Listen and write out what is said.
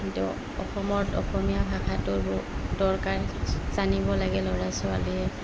কিন্তু অসমত অসমীয়া ভাষাটোৰো দৰকাৰ জানিব লাগে ল'ৰা ছোৱালীয়ে